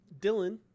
Dylan